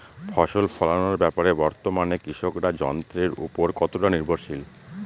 ফসল ফলানোর ব্যাপারে বর্তমানে কৃষকরা যন্ত্রের উপর কতটা নির্ভরশীল?